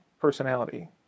personality